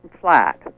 flat